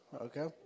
okay